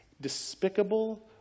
despicable